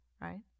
right